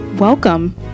Welcome